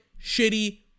shitty